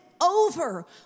over